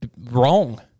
wrong